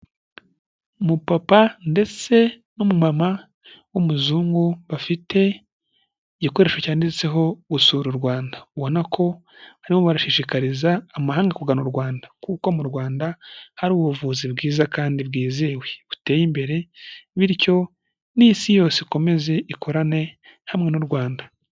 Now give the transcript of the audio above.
Umupapa ndetse n'umumama w'umuzungu, bafite igikoresho cyanditseho gusura u Rwanda. Ubona ko bariho barashishikariza amahanga kugana u Rwanda, kuko mu Rwanda hari ubuvuzi bwiza kandi bwizewe buteye imbere, bityo n'isi yose ikomeze ikorane hamwe n'u Rwanda.